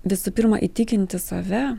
visų pirma įtikinti save